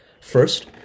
First